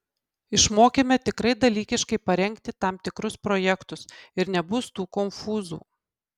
išmokime tikrai dalykiškai parengti tam tikrus projektus ir nebus tų konfūzų